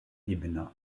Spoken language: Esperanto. ebena